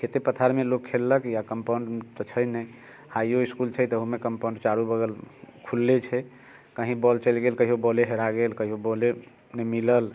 खेते पथारमे लोक खेललक या कम्पाउण्ड तऽ छै नहि हाइयो इसकुल छै तऽ ओहोमे कम्पाउण्ड चारू बगल खुलले छै कही बॉल चलि गेल कहिओ बॉले हरा गेल कहिओ बॉले नहि मिलल